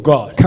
God